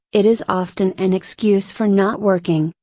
it is often an excuse for not working,